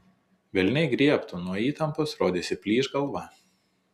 velniai griebtų nuo įtampos rodėsi plyš galva